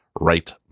right